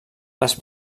les